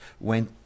went